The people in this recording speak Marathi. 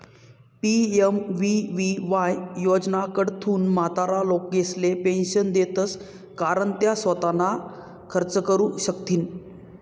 पी.एम.वी.वी.वाय योजनाकडथून म्हातारा लोकेसले पेंशन देतंस कारण त्या सोताना खर्च करू शकथीन